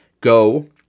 Go